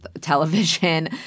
television